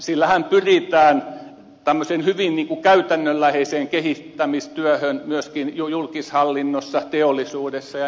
sillähän pyritään tämmöisen hyvin käytännönläheiseen kehittämistyöhön myöskin julkishallinnossa teollisuudessa ja niin edelleen